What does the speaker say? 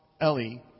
Ellie